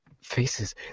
faces